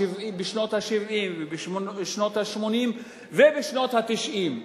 בשנות ה-70 ובשנות ה-80 ובשנות ה-90.